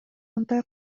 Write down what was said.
мындай